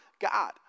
God